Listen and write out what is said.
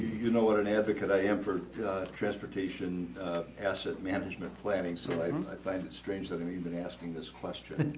you know what an advocate i am for transportation asset management planning so i i find it strange that and have you been asking this question